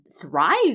thrive